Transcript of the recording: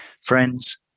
friends